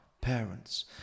parents